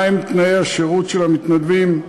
מהם תנאי השירות של המתנדבים,